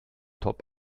top